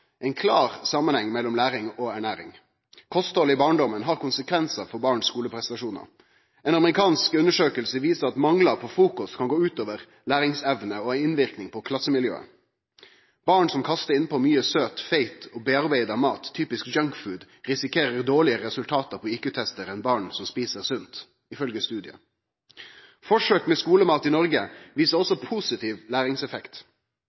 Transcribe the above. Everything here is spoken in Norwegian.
ein klar samanheng mellom læring og ernæring. Kosthaldet i barndommen har konsekvensar for born sine skuleprestasjonar. Ei amerikansk undersøking viser at mangel på frukost kan gå ut over læringsevna og har innverknad på klassemiljøet. Born som kastar innpå mykje søt, feit og gjennomarbeidd mat, typisk «junk food», risikerer dårlegare resultat på IQ-testar enn born som et sunt, ifølgje studiar. Forsøk med skulemat i Noreg viser også positiv læringseffekt.